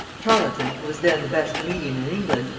tarleton, who was then the best comedian in england,